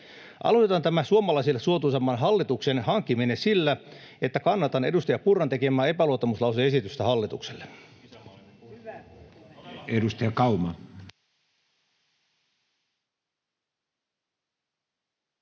Aloitan tämän suomalaisille suotuisamman hallituksen hankkimisen sillä, että kannatan edustaja Purran tekemää epäluottamuslause-esitystä hallitukselle.